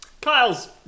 Kyle's